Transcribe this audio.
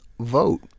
vote